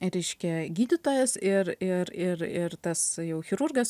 reiškia gydytojas ir ir ir ir tas jau chirurgas